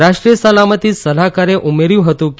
રાષ્ટ્રીય સલામતી સલાહકાર ઉમેર્યું હતું કે